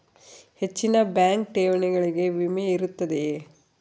ಹೆಚ್ಚಿನ ಬ್ಯಾಂಕ್ ಠೇವಣಿಗಳಿಗೆ ವಿಮೆ ಇರುತ್ತದೆಯೆ?